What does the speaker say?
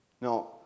Now